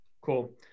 Cool